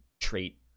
trait